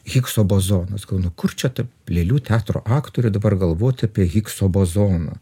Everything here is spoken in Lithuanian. higso bozonas galvoju nu kur čia taip lėlių teatro aktoriui dabar galvot apie higso bozoną